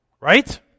Right